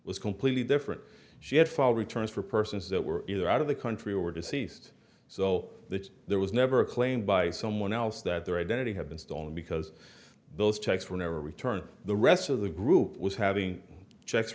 was completely different she had fall returns for persons that were either out of the country or deceased so that there was never a claim by someone else that their identity had been stolen because those checks were never returned the rest of the group was having checks